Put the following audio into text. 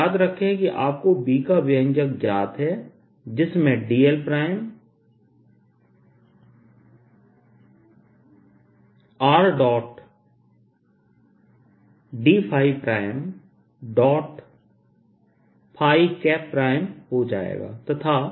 तो याद रखें कि आपको B का व्यंजक ज्ञात है जिसमें dl' Rd हो जाएगा तथा